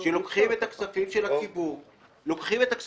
כי יש שנים שבהן הריבית במשק היא נמוכה והפריים גם נמוכה.